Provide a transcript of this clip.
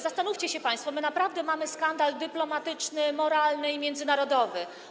Zastanówcie się państwo, my naprawdę mamy skandal dyplomatyczny, moralny i międzynarodowy.